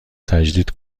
تجدید